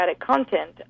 content